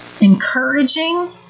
Encouraging